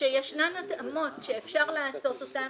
שישנן התאמות שאפשר לעשות אותן,